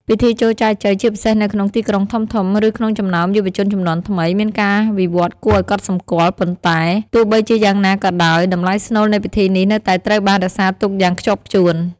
ពិធីចូលចែចូវ ជាពិសេសនៅក្នុងទីក្រុងធំៗ ឬក្នុងចំណោមយុវជនជំនាន់ថ្មី មានការវិវឌ្ឍន៍គួរឲ្យកត់សម្គាល់ ប៉ុន្តែទោះបីជាយ៉ាងណាក៏ដោយ តម្លៃស្នូលនៃពិធីនេះនៅតែត្រូវបានរក្សាទុកយ៉ាងខ្ជាប់ខ្ជួន។